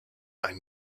ein